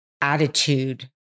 attitude